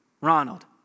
Ronald